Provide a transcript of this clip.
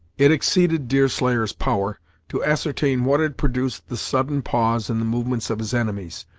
it exceeded deerslayer's power to ascertain what had produced the sudden pause in the movements of his enemies,